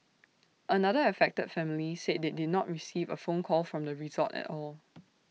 another affected family said they did not receive A phone call from the resort at all